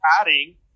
adding